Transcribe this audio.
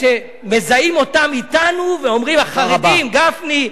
אלה שמזהים אותם אתנו ואומרים: החרדים, גפני,